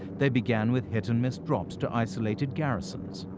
they began with hit and miss drops to isolated garrisons,